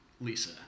Lisa